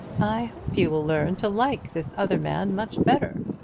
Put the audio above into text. i hope you will learn to like this other man much better.